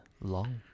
Long